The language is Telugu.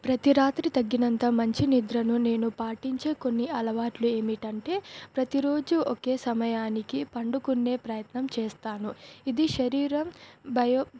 ప్రతి రాత్రి తగ్గినంత మంచి నిద్రను నేను పాటించే కొన్ని అలవాట్లు ఏమిటంటే ప్రతిరోజు ఒకే సమయానికి పడుకునే ప్రయత్నం చేస్తాను ఇది శరీరం బయో